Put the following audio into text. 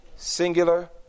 singular